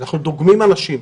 אנחנו דוגמים אנשים.